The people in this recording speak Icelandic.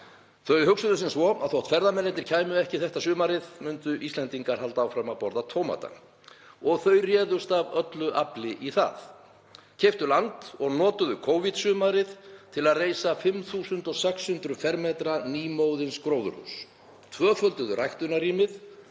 Þau hugsuðu sem svo að þótt ferðamennirnir kæmu ekki þetta sumarið þá myndu Íslendingar halda áfram að borða tómata. Og þau réðust af öllu afli í það. Keyptu land og notuðu Covid-sumarið til að reisa 5.600 fermetra nýmóðins gróðurhús. Tvöfölduðu ræktunarrýmið